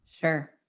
sure